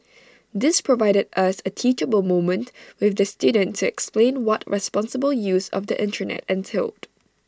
this provided us A teachable moment with the student to explain what responsible use of the Internet entailed